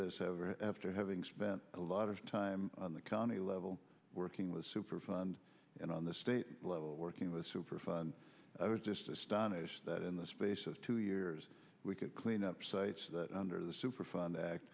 this after having spent a lot of time on the county level working with superfund and on the state level working with superfund i was just astonished that in the space of two years we could clean up sites that under the superfund act